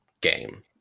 game